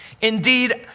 Indeed